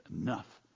enough